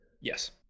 Yes